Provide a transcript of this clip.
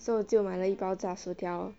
so 就买了一包炸薯条